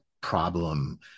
problem